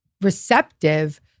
receptive